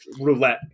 roulette